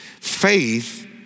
faith